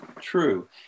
true